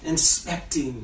Inspecting